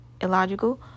illogical